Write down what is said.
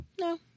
No